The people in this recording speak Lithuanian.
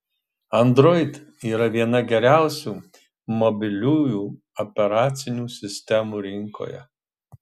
android yra viena geriausių mobiliųjų operacinių sistemų rinkoje